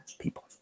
people